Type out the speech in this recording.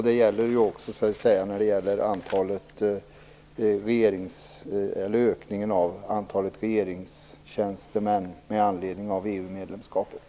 Det gäller också ökningen av antalet regeringstjänstemän med anledning av EU-medlemskapet.